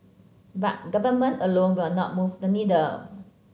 but government alone will not move the needle